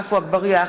עפו אגבאריה,